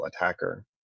attacker